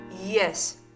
yes